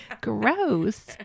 Gross